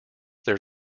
their